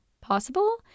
possible